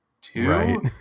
Two